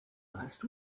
last